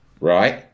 right